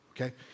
okay